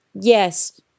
Yes